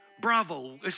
Bravo